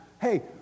hey